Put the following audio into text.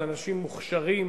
על אנשים מוכשרים,